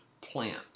Plant